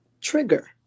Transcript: trigger